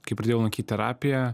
kai pradėjau lankyt terapiją